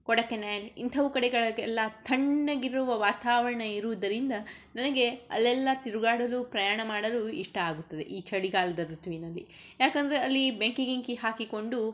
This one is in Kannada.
ಕೊಡೆಕೆನೇಲ್ ಇಂಥವು ಕಡೆಗಳೆಗೆಲ್ಲ ತಣ್ಣಗಿರುವ ವಾತಾವರಣ ಇರೋದರಿಂದ ನನಗೆ ಅಲ್ಲೆಲ್ಲ ತಿರುಗಾಡಲು ಪ್ರಯಾಣ ಮಾಡಲು ಇಷ್ಟ ಆಗುತ್ತದೆ ಈ ಚಳಿಗಾಲದ ಋತುವಿನಲ್ಲಿ ಯಾಕಂದರೆ ಅಲ್ಲಿ ಬೆಂಕಿ ಗಿಂಕಿ ಹಾಕಿಕೊಂಡು